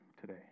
today